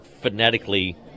phonetically